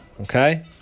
okay